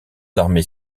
armées